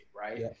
right